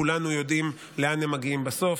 כולנו יודעים לאן הם מגיעים בסוף.